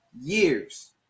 years